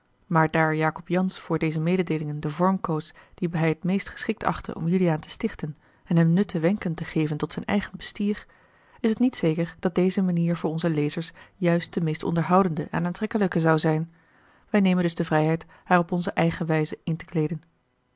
maar daar jacob jansz voor deze mededeelingen den vorm koos dien hij het meest geschikt achtte om juliaan te stichten en hem nutte wenken te geven tot zijn eigen bestier a l g bosboom-toussaint de delftsche wonderdokter eel is het niet zeker dat deze manier voor onze lezers juist de meest onderhoudende en aantrekkelijke zou zijn wij nemen dus de vrijheid haar op onze eigene wijze in te kleeden